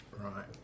Right